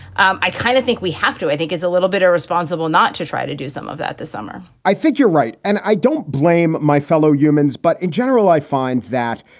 um i kind of think we have to i think it's a little bit irresponsible not to try to do some of that this summer i think you're right and i don't blame my fellow humans. but in general, i find that,